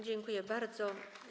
Dziękuję bardzo.